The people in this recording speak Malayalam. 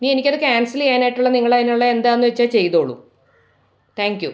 ഇനി എനിക്കത് ക്യാൻസൽ ചെയ്യാനായിട്ടുള്ള നിങ്ങളതിനുള്ള എന്താന്ന് വെച്ചാൽ ചെയ്തോളൂ താങ്ക് യൂ